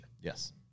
Yes